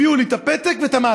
הביאו לי את הפתק והמעטפה.